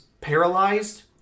paralyzed